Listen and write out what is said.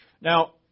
Now